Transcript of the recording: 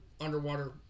underwater